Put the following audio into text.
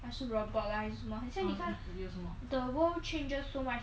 还是 robot ah 还是什么很像你看 the world changes so much